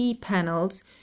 panels